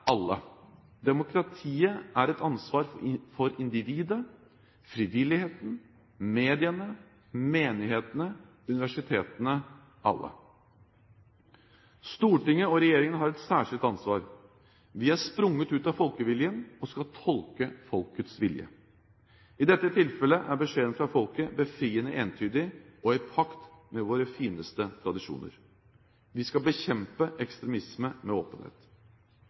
alle. Demokratiet er et ansvar for individet, frivilligheten, mediene, menighetene, universitetene – alle. Stortinget og regjeringen har et særskilt ansvar. Vi er sprunget ut av folkeviljen og skal tolke folkets vilje. I dette tilfellet er beskjeden fra folket befriende entydig og i pakt med våre fineste tradisjoner. Vi skal bekjempe ekstremisme med åpenhet.